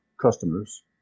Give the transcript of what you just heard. customers